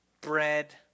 bread